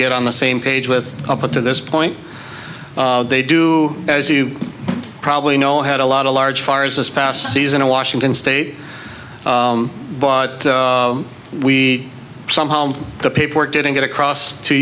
get on the same page with up to this point they do as you probably know had a lot of large fires this past season in washington state but we some home the paperwork didn't get across to